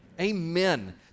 Amen